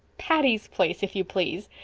patty's place if you please!